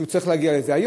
שהוא צריך להגיע לזה,